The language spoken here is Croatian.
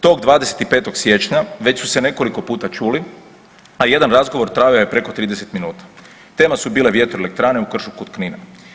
Tog 25. siječnja već su se nekoliko puta čuli, a jedan razgovor trajao je preko 30 minuta, tema su bile vjetroelektrane u Kršu kod Knina.